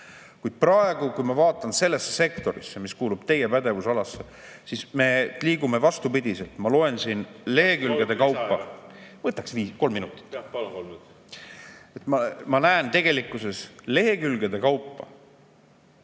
Kuid praegu, kui ma vaatan sellesse sektorisse, mis kuulub teie pädevusalasse, siis me liigume vastupidiselt. Ma loen siin lehekülgede kaupa ... Soovite lisaaega?